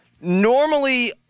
normally